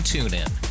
TuneIn